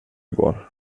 går